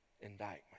indictment